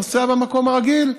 נוסע במקום הרגיל,